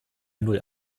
null